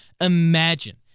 imagine